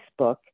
Facebook